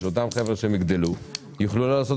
שאותם חבר'ה כשהם יגדלו יוכלו לעשות